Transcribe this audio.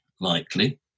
likely